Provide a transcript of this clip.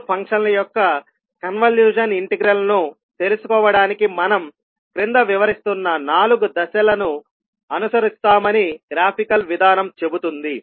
రెండు ఫంక్షన్ల యొక్క కన్వల్యూషన్ ఇంటెగ్రల్ ను తెలుసుకోవడానికి మనం క్రింద వివరిస్తున్న నాలుగు దశలను అనుసరిస్తామని గ్రాఫికల్ విధానం చెబుతుంది